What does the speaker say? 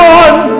one